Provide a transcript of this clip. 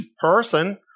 person